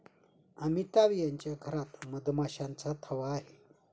अमिताभ यांच्या घरात मधमाशांचा थवा आहे